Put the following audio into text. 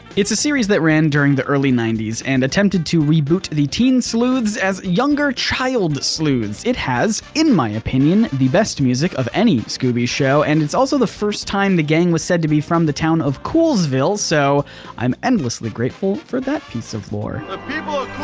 it's a series that ran during the early ninety s and attempted to reboot the teen sleuths as younger child sleuths. it has, in my opinion, the best music of any scooby show and it's also the first time the gang was said to be from the town of coolsville so i'm endlessly grateful for that piece of